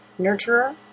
nurturer